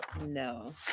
no